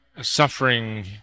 suffering